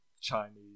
chinese